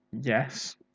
yes